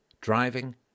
driving